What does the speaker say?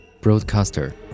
Broadcaster